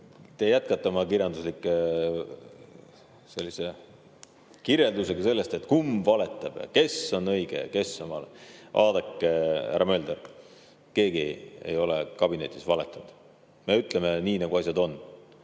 te jätkate kirjandusliku kirjeldusega sellest, et kumb valetab ja kes on õige ja kes on vale. Vaadake, härra Mölder, keegi ei ole kabinetis valetanud. Me ütleme nii, nagu asjad on.